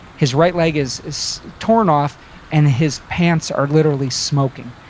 his right leg is is torn off and his pants are literally smoking.